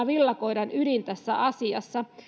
villakoiran ydin tässä asiassa